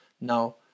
Now